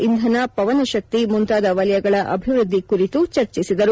ಇಂಧನ ಪವನಶಕ್ತಿ ಮುಂತಾದ ವಲಯಗಳ ಅಭಿವೃದ್ದಿ ಕುರಿತು ಚರ್ಚಿಸಿದರು